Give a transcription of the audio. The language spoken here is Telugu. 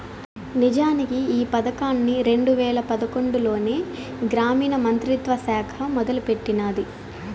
నిజానికి ఈ పదకాన్ని రెండు వేల పదకొండులోనే గ్రామీణ మంత్రిత్వ శాఖ మొదలెట్టినాది